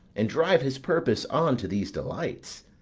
and drive his purpose on to these delights.